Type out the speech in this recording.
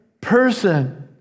person